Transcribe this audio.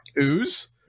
ooze